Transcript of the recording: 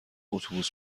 اتوبوس